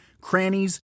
crannies